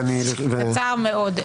קצרה מאוד.